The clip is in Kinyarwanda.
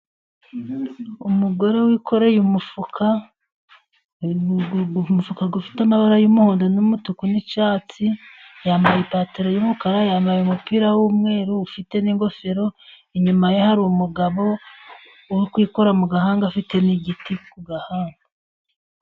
Umugore wikoreye umufuka, umufuka ufite amabara y'umuhondo n'umutuku n'icyatsi, yambaye ipantaro y'umukara, yambaye umupira w'umweru ufite n'ingofero, inyuma ye hari umugabo uri kwikora mu gahanga, afite n'igiti ku gahanga.